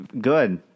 good